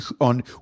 on